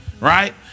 right